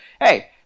hey